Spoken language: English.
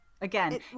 Again